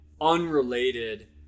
unrelated